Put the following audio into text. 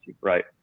Right